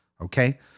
Okay